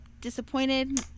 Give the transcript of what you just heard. disappointed